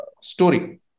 story